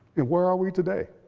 and where are we today?